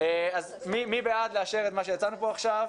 מי בעד לאשר את מה שהצענו פה עכשיו?